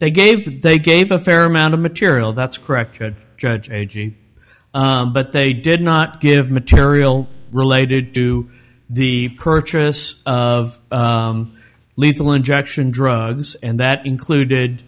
they gave they gave a fair amount of material that's correct should judge a g but they did not give material related to the purchase of lethal injection drugs and that included